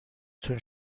تون